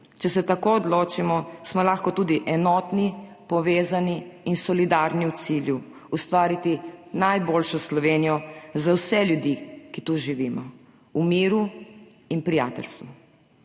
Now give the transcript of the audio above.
Če se tako odločimo, smo lahko tudi enotni, povezani in solidarni v cilju ustvariti najboljšo Slovenijo za vse ljudi, ki tu živimo, v miru in prijateljstvu.